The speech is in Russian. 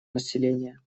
населения